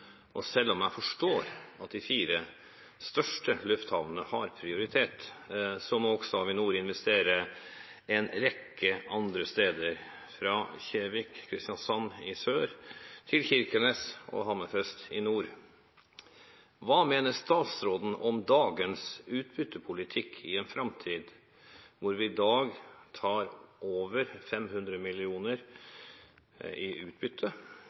og selv om jeg forstår at de fire største lufthavnene har prioritet, så må også Avinor investere en rekke andre steder – fra Kjevik, Kristiansand, i sør til Kirkenes og Hammerfest i nord. Hva mener statsråden om dagens utbyttepolitikk, hvor vi i dag tar over 500 mill. kr i utbytte,